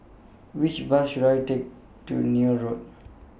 Which Bus should I Take to Neil Road